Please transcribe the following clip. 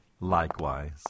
Likewise